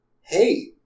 hey